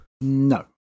No